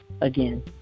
again